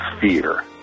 fear